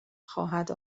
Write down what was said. خواهد